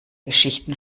geschichten